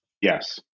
Yes